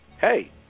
hey